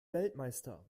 weltmeister